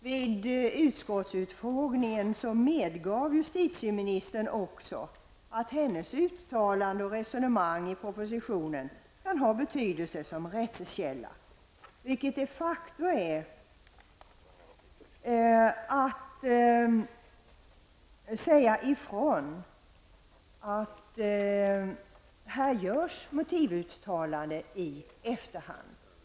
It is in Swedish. Vid utskottsutfrågningen medgav justitieministern också att hennes uttalande och resonemang i propositionen kan ha betydelse som rättskälla, vilket de facto är att säga att motivuttalanden görs i efterhand.